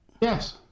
yes